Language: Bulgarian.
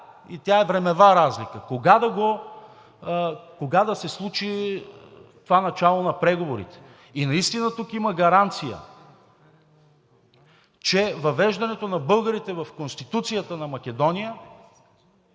и тя е времева разлика, кога да се случи това начало на преговорите. И наистина тук има гаранция, че въвеждането на българите в Конституцията на Македония